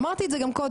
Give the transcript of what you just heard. אמרתי את זה גם קודם,